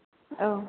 औ